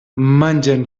mengen